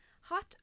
hot